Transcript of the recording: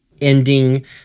Ending